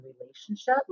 relationship